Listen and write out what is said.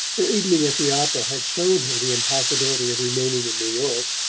her evening at the opera had shown her the impossibility of remaining in new york.